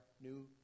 new